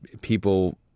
people –